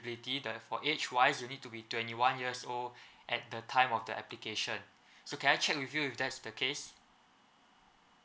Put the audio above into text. eligibility for the age wise you need to be twenty one years old at the time of the application so can I check with you if that's the case